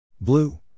Blue